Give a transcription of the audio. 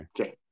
Okay